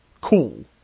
cool